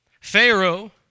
Pharaoh